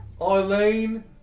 Eileen